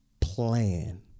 plan